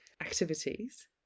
activities